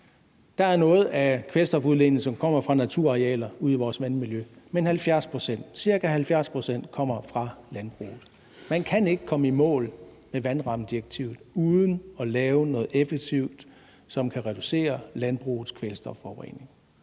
Der er noget af kvælstofudledningen, som kommer fra naturarealer ude i vores vandmiljø, men 70 pct. – ca. 70 pct. – kommer fra landbruget. Man kan ikke komme i mål med vandrammedirektivet uden at lave noget effektivt, som kan reducere landbrugets kvælstofforurening.